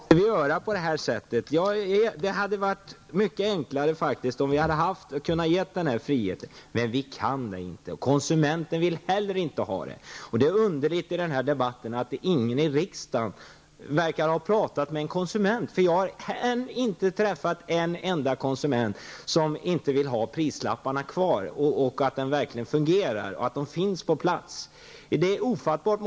Fru talman! Jag erkänner att vi faktiskt måste göra så. Det hade varit enklare om vi hade kunnat ge denna frihet. Men det kan vi inte göra. Konsumenten vill inte heller ha den. Det är underligt att ingen i riksdagen verkar ha pratat med en konsument. Jag har ännu inte träffat någon konsument som inte vill ha prislapparna kvar. Konsumenterna anser att de fungerar. Det här är ofattbart.